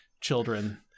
children